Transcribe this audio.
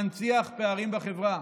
מנציח פערים בחברה.